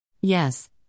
Yes